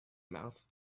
mouth